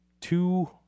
two